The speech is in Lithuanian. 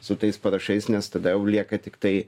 su tais parašais nes tada jau lieka tiktai